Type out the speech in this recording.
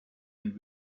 and